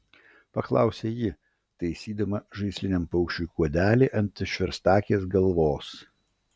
paklausė ji taisydama žaisliniam paukščiui kuodelį ant išverstakės galvos